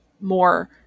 more